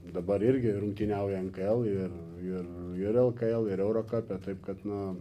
dabar irgi rungtyniauja nkl ir ir lkl eurokape taip kad na